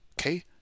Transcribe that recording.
okay